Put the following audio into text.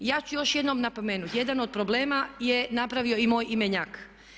I ja ću još jednom napomenuti jedan od problema je napravio i moj imenjak.